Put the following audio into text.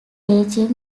ageing